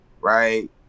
right